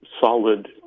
solid